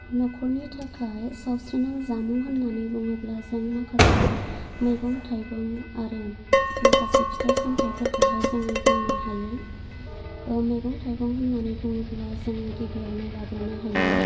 नखरनि थाखाइ साबसिनै जामुं होन्नानै बुङोब्ला जों माखासे मैगं थाइगं आरो माखासे फिथाइ सामथाइफोरखौहाय जोङो बुंनो हायो ओह मैगं थाइगं होन्नानै बुङोब्ला जोङो गिबियावनो लाग्रोनो हायो